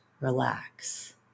relax